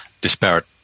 disparate